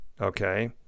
okay